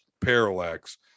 parallax